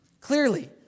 Clearly